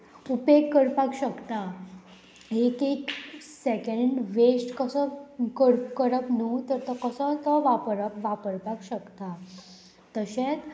उपेग करपाक शकता एक एक सेकेंड वेस्ट कसो करप न्हू तर तो कसो तो वापरप वापरपाक शकता तशेंच